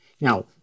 Now